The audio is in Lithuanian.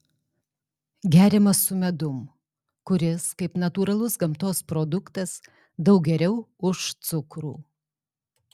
geriamas su medum kuris kaip natūralus gamtos produktas daug geriau už cukrų